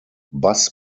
bus